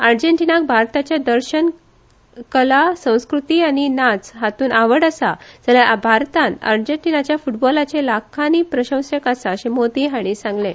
अर्जेंटिनाक भारताच्या दर्शन कला संस्कृती आनी नाच हातूंत आवड आसा जाल्यार भारभांत अर्जेंटिना फुटबॉलाचे लाखानी प्रशंसक आसा अशें मोदी हांणी सांगलें